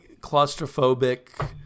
claustrophobic